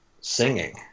singing